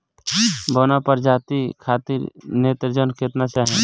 बौना प्रजाति खातिर नेत्रजन केतना चाही?